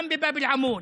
גם בבאב אל-עמוד,